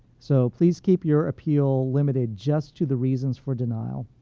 so please keep your appeal limited just to the reasons for denial.